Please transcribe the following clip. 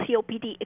COPD